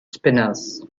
spinners